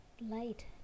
light